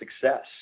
success